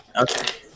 okay